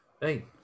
Hey